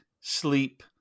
sleep